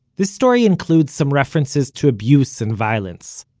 this story includes some references to abuse and violence.